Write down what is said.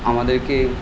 আমাদেরকে